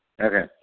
Okay